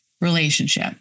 relationship